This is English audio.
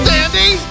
Sandy